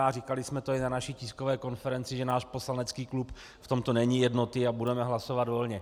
A říkali jsme to i na naší tiskové konferenci, že náš poslanecký klub v tomto není jednotný a budeme hlasovat volně.